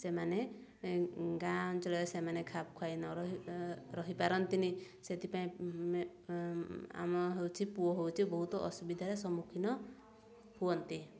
ସେମାନେ ଗାଁ ଅଞ୍ଚଳରେ ସେମାନେ ଖାପ ଖାଇ ନ ରହି ରହିପାରନ୍ତିନି ସେଥିପାଇଁ ଆମ ହେଉଛି ପୁଅ ହେଉଛି ବହୁତ ଅସୁବିଧାର ସମ୍ମୁଖୀନ ହୁଅନ୍ତି